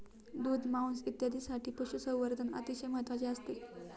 दूध, मांस इत्यादींसाठी पशुसंवर्धन अतिशय महत्त्वाचे असते